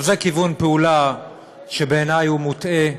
זה כיוון פעולה שבעיני הוא מוטעה,